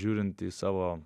žiūrint į savo